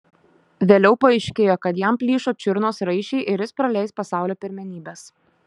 vėliau paaiškėjo kad jam plyšo čiurnos raiščiai ir jis praleis pasaulio pirmenybes